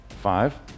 Five